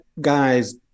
guy's